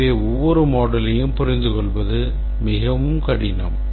எனவே ஒவ்வொரு moduleயையும் புரிந்துகொள்வது மிகவும் கடினம்